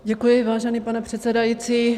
Děkuji, vážený pane předsedající.